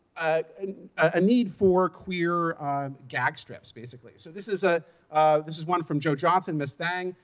and a need for queer gag strips, basically. so this is ah this is one from joe johnson, miss thing,